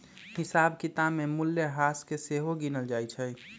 हिसाब किताब में मूल्यह्रास के सेहो गिनल जाइ छइ